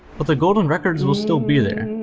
but the golden records will still be there.